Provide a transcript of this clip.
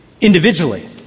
individually